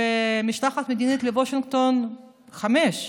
ומשלחת מדינית לוושינגטון, חמישה.